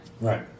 Right